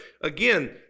Again